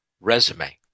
resume